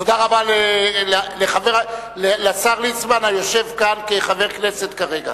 תודה רבה לשר ליצמן, היושב כאן כחבר הכנסת כרגע.